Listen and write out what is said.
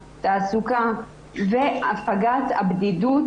תעסוקה והפגת הבדידות,